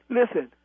listen